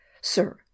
Sir